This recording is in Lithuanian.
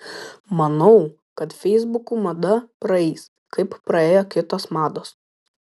manau kad feisbukų mada praeis kaip praėjo kitos mados